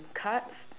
cards